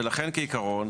ולכן כעיקרון,